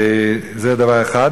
זה דבר אחד.